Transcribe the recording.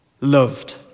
loved